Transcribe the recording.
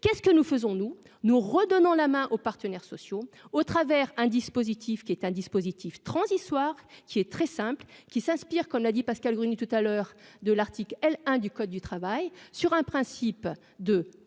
qu'est ce que nous faisons, nous nous redonnant la main aux partenaires sociaux au travers un dispositif qui est un dispositif transitoire qui est très simple, qui s'inspire, qu'on ne l'a dit Pascale Gruny tout à l'heure de l'Arctique L 1 du code du travail sur un principe de concertation